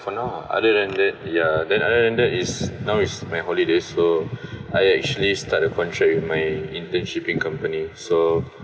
for now uh other than that ya then other than that is now is my holiday so I actually start a contract with my intern shipping company so